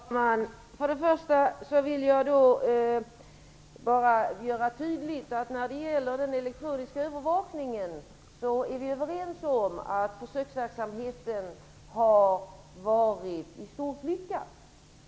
Herr talman! För det första vill jag bara tydliggöra att när det gäller den elektroniska övervakningen är vi överens om att försöksverksamheten i stort sett har varit lyckad.